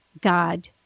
God